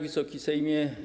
Wysoki Sejmie!